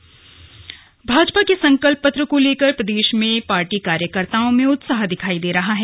संकल्प पत्र रिएक्शन भाजपा के संकल्प पत्र को लेकर प्रदेश में पार्टी कार्यकर्ताओं में उत्साह दिखाई दे रहा है